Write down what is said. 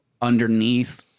underneath